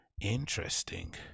Interesting